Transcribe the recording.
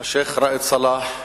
השיח' ראאד סלאח,